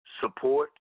support